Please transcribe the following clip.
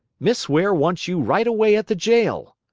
miss ware wants you right away at the jail,